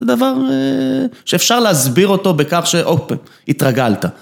זה דבר שאפשר להסביר אותו בכך שאופ, התרגלת.